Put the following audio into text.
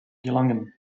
gelangen